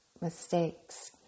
mistakes